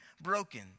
broken